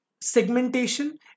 segmentation